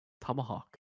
Tomahawk